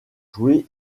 jouer